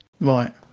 right